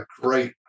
great